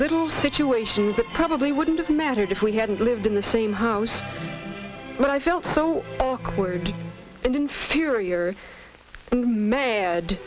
little situations that probably wouldn't have mattered if we hadn't lived in the same house but i felt so awkward and inferior ma